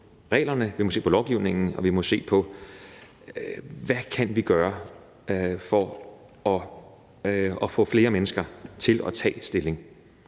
vi må se på lovgivningen, og vi må se på, hvad vi kan vi gøre for at få flere mennesker til at tage stilling.